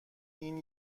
این